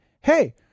hey